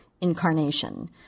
incarnation